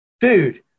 dude